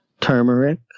turmeric